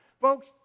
Folks